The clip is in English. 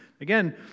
again